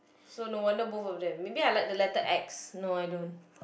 so no wonder both of them maybe I like the letter X no I don't